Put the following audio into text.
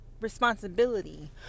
responsibility